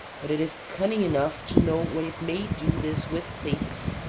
but it is cunning enough to know when it may do this with safety.